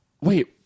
wait